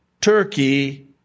Turkey